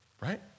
right